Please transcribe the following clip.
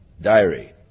diary